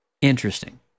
interesting